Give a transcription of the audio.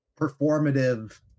performative